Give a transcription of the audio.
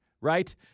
right